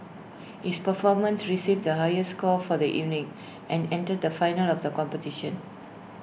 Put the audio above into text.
his performance received the highest score for the evening and entered the finals of the competition